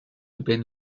ben